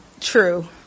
True